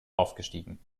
aufgestiegen